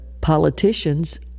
politicians